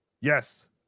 Yes